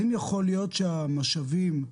האם יכול להיות שהקצאת המשאבים,